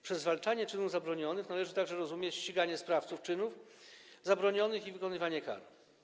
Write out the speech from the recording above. Przez zwalczanie czynów zabronionych należy także rozumieć ściganie sprawców czynów zabronionych i wykonywanie kar.